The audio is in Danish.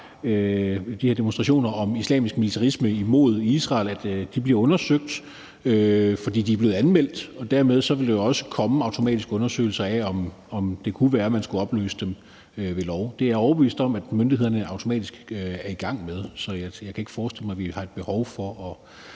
der er blevet sagt ting om islamisk militarisme imod Israel, bliver undersøgt. For de er blevet anmeldt. Dermed vil der jo også automatisk komme undersøgelser af, om det kunne være, at man skulle opløse dem ved lov. Det er jeg overbevist om at myndighederne automatisk er i gang med. Så jeg kan ikke forestille mig, at vi har et behov for at